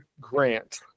Grant